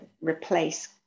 replace